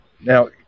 Now